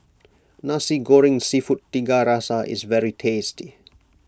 Nasi Goreng Seafood Tiga Rasa is very tasty